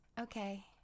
Okay